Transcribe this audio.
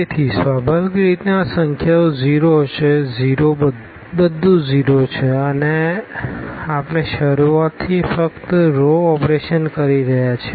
તેથી સ્વાભાવિક રીતે આ સંખ્યાઓ 0 હશે 0 બધું છે અને આપણે શરૂઆતથી ફક્ત રો ઓપરેશન કરી રહ્યા છીએ